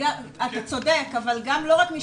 אתה צודק, אבל גם לא רק משפטית.